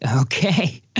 okay